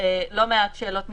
לא מעט שאלות משפטיות.